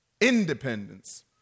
independence